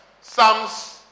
Psalms